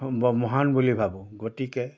মহান বুলি ভাবোঁ গতিকে